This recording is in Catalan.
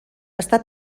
està